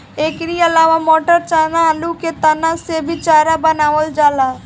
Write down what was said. एकरी अलावा मटर, चना, आलू के तना से भी चारा बनावल जाला